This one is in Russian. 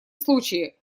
случае